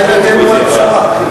אולי אתה תהיה מועמד פשרה.